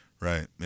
Right